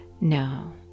No